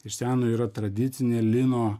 iš seno yra tradicinė lino